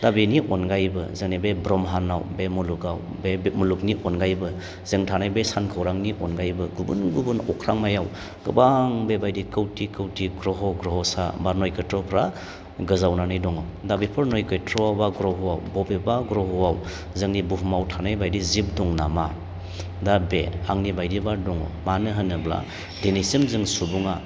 दा बेनि अनगायैबो जोंनि बे ब्रह्मान्डआव बे मुलुगाव बे मुलुगनि अनगायैबो जों थानाय बे सानखौरांनि अनगायैबो गुबुन गुबुन अख्रांमायाव गोबां बेबायदि खौथि खौथि ग्रह' ग्रह'सा बा नय खेथ्रफ्रा गोजावनानै दङ दा बेफोर नय खेथ्रआव बा ग्रह'आव अबेबा ग्रह'आव जोंनि बुहुमाव थानाय बायदि जिब दंनामा दा बे आंनि बायदिबा दङ मानो होनोब्ला दिनैसिम जों सुबुङा